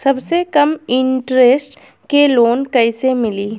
सबसे कम इन्टरेस्ट के लोन कइसे मिली?